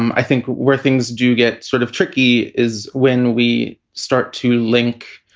i think where things do get sort of tricky is when we start to link.